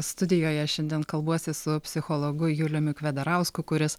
studijoje šiandien kalbuosi su psichologu juliumi kvedarausku kuris